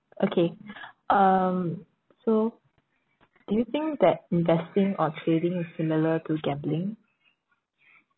okay um so do you think that investing or trading is similar to gambling